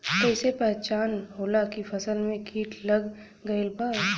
कैसे पहचान होला की फसल में कीट लग गईल बा?